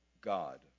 God